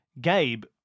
Gabe